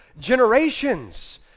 generations